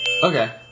Okay